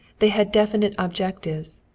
they had definite objectives.